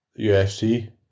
UFC